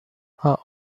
are